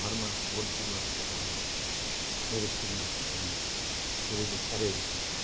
घरमा बोट बिरुवा फुलहरू रोप्ने मेरे श्रीमती अनि मेरो छोरीले साह्रै रुचाउँछन्